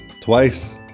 twice